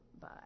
bye